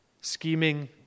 scheming